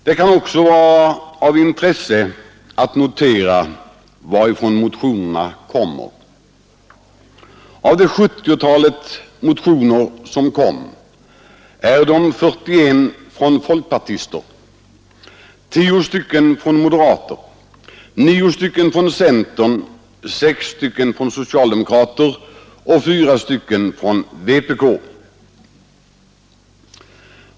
Det kan också vara av intresse att notera varifrån motionerna kommer Av det 70-tal motioner som väcktes kommer 41 från folkpartister, 10 från moderater, 9 från centerpartister, 6 från socialdemokrater och 4 från vpk.